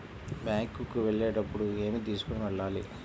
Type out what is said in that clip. Bank కు వెళ్ళేటప్పుడు ఏమి తీసుకొని వెళ్ళాలి?